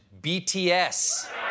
BTS